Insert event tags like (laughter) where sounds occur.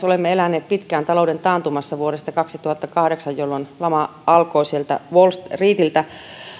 (unintelligible) olemme eläneet pitkään talouden taantumassa vuodesta kaksituhattakahdeksan jolloin lama alkoi sieltä wall streetiltä